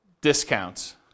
discounts